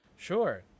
Sure